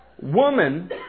woman